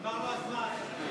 הוא עבר את הזמן.